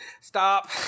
stop